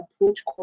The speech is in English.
approach